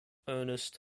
ernest